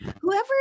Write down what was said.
whoever